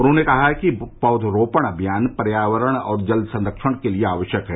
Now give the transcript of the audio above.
उन्होंने कहा है कि पौधरोपण अभियान पर्यावरण और जलसंरक्षण के लिए आवश्यक है